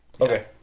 Okay